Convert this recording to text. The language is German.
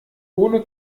ohne